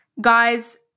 guys